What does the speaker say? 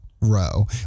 Row